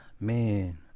man